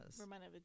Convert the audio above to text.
Reminded